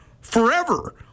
forever